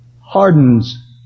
hardens